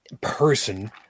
person